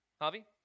Harvey